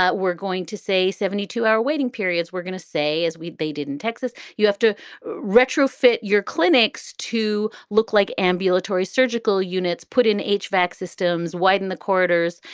ah we're going to say seventy two hour waiting periods. we're gonna say is what they did in texas. you have to retrofit your clinics to look like ambulatory surgical units, put in h vac systems, widen the courters.